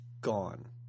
gone